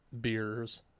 beers